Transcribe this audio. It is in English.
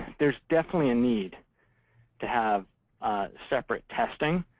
there's definitely a need to have separate testing.